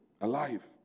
alive